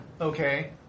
Okay